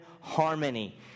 harmony